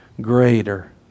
Greater